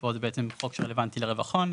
ופה זה בעצם חוק שרלוונטי לרווח הון,